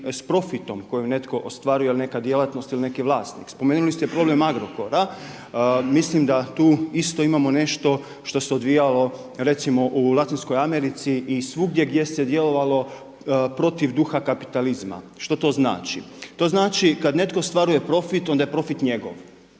s profitom koju netko ostvaruje ili neka djelatnost ili neki vlasnik. Spomenuli ste problem Agrokora, mislim da tu isto imamo nešto što se odvijalo recimo u Latinskoj Americi i svugdje gdje se djelovalo protiv duha kapitalizma. Što to znači? To znači kada netko ostvaruje profit onda je profit njegov,